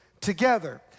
together